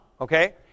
okay